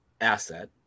asset